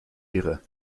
irre